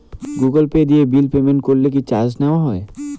Google Pay দিয়ে bill payment করলে কি চার্জ নেওয়া হয়?